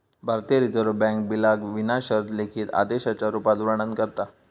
भारतीय reserve bank बिलाक विना शर्त लिखित आदेशाच्या रुपात वर्णन करता